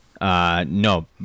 No